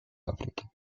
африке